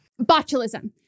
botulism